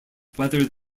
whether